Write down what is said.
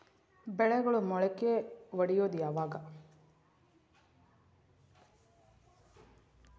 ಬೆಳೆಗಳು ಮೊಳಕೆ ಒಡಿಯೋದ್ ಯಾವಾಗ್?